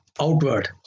outward